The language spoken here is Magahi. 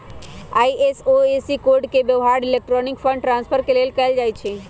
आई.एफ.एस.सी कोड के व्यव्हार इलेक्ट्रॉनिक फंड ट्रांसफर के लेल कएल जाइ छइ